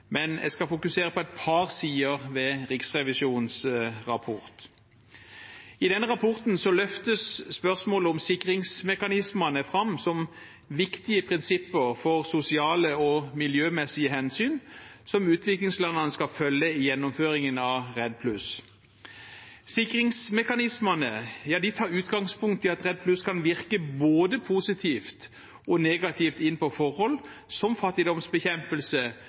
Men jeg skal fokusere på et par sider ved Riksrevisjonens rapport. I rapporten løftes spørsmålet om sikringsmekanismene fram som viktige prinsipper for sosiale og miljømessige hensyn som utviklingslandene skal følge i gjennomføringen av Redd+. Sikringsmekanismene tar utgangspunkt i at Redd+ kan virke både positivt og negativt inn på forhold som fattigdomsbekjempelse,